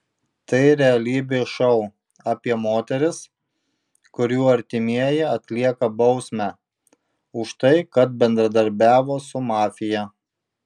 tai realybės šou apie moteris kurių artimieji atlieka bausmę už tai kad bendradarbiavo su mafija